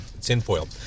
tinfoil